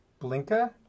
Blinka